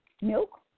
milk